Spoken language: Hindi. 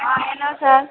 हाँ हेलो सर